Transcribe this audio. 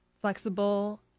flexible